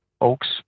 oaks